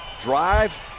Drive